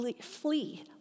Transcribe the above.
flee